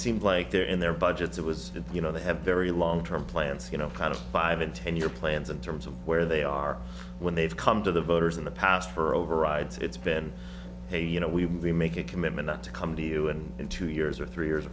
seemed like their in their budgets it was you know they have very long term plans you know kind of five and ten year plans in terms of where they are when they've come to the voters in the past for overrides it's been a you know we make a commitment not to come to you and in two years or three years